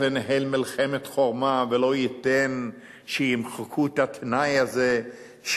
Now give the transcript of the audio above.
לנהל מלחמת חורמה ולא ייתן שימחקו את התנאי הזה,